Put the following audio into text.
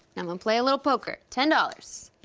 i'm gon' play a little poker, ten dollars.